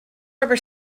rubber